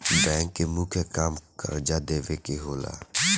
bank के मुख्य काम कर्जा देवे के होला